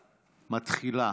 מתחילה.